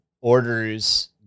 orders